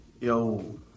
yo